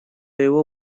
его